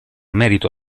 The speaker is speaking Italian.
merito